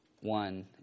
one